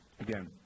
Again